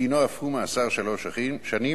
דינו אף הוא מאסר שלוש שנים,